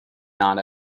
not